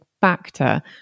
factor